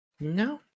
No